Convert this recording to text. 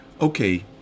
okay